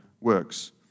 works